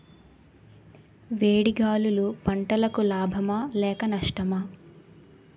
వేడి గాలులు పంటలకు లాభమా లేక నష్టమా?